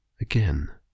again